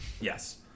Yes